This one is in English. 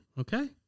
okay